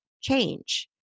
change